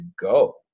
go